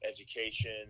education